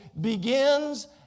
begins